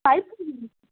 five